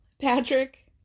Patrick